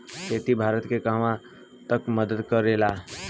खेती भारत के कहवा तक मदत करे ला?